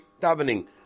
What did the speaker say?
davening